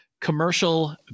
Commercial